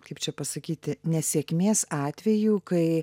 kaip čia pasakyti nesėkmės atvejų kai